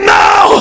now